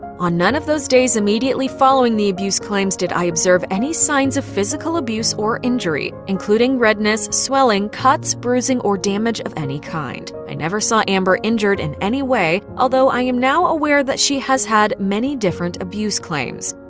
on none of those days immediately following the abuse claims did i observe any signs of physical abuse or injury, including redness, swelling, cuts, bruising, or damage of any kind. i never saw amber injured in any way, although i am now aware that she has had many different abuse claims.